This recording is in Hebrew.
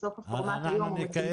שבסוף החברה --- איתן,